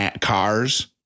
cars